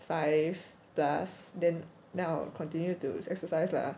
five plus then then I'll continue to exercise lah